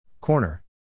Corner